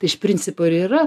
iš principo ir yra